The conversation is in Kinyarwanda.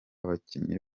bakinnyi